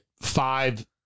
five